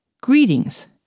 Greetings